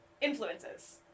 influences